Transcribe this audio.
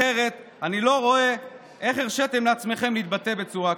אחרת אני לא רואה איך הרשיתם לעצמכם להתבטא בצורה כזאת.